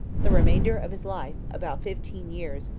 the remainder of his life, about fifteen years,